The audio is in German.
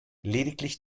lediglich